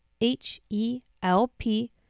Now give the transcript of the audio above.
H-E-L-P